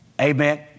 Amen